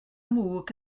mwg